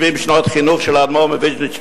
שנות חינוך של האדמו"ר מוויז'ניץ שליט"א.